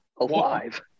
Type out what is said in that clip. alive